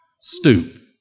Stoop